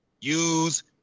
use